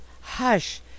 Hush